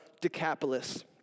Decapolis